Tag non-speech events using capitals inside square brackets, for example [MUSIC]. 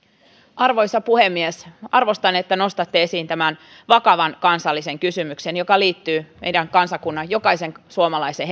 arvoisa puhemies arvostan että nostatte esiin tämän vakavan kansallisen kysymyksen joka liittyy meidän kansakunnan jokaisen suomalaisen [UNINTELLIGIBLE]